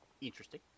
Interesting